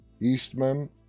Eastman